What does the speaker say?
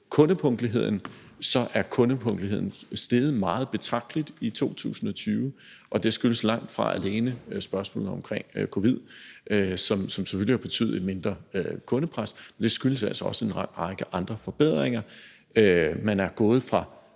kundepunktligheden, kan man se, at den er steget meget betragteligt i 2020, og det skyldes langtfra alene spørgsmålet om covid, som selvfølgelig har betydet et mindre kundepres, men det skyldes altså også en lang række andre forbedringer. Man er gået fra